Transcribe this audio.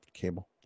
cable